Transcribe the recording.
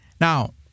Now